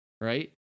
right